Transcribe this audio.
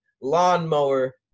lawnmower